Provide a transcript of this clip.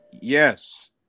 Yes